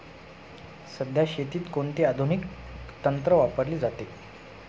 सध्या शेतीत कोणते आधुनिक तंत्र वापरले जाते?